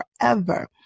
forever